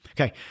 Okay